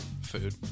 Food